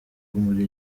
muri